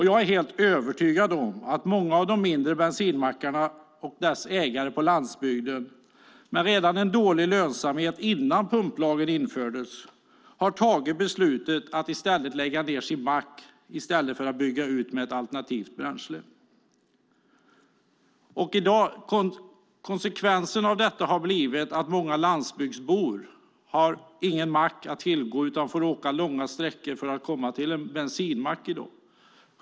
Jag är helt övertygad om att många av de mindre bensinmackarnas ägare på landsbygden, med redan en dålig lönsamhet innan pumplagen infördes, har fattat beslutet att lägga ned sin mack i stället för att bygga ut med alternativt bränsle. Konsekvensen av detta har blivit att många landsbygdsbor har ingen mack att tillgå utan får åka långa sträckor för att komma till en bensinmack.